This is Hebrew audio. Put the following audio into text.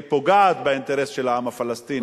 היא פוגעת באינטרס של העם הפלסטיני.